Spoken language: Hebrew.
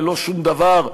ללא שום דבר,